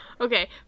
Okay